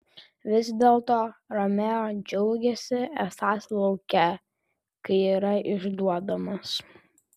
vis dėlto romeo džiaugėsi esąs lauke kai yra išduodamas